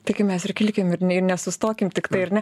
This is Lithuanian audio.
tikimės ir kilkim ir nesustokim tiktai ar ne